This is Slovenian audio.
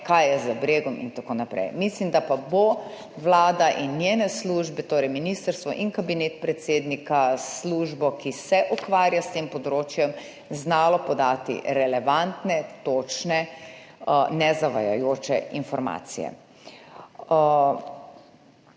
kaj ima za bregom in tako naprej. Mislim, da pa bodo Vlada in njene službe, torej ministrstvo in kabinet predsednika s službo, ki se ukvarja s tem področjem, znali podati relevantne, točne, nezavajajoče informacije.